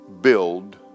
Build